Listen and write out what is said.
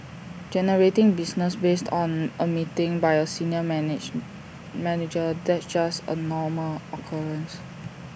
generating business based on A meeting by A senior manage manager that's just A normal occurrence